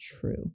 true